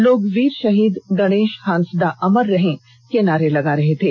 लोग वीर शहीद गणेश हांसदा अमर रहे के नारा लगा रहे थे